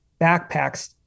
backpacks